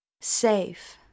Safe